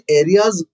areas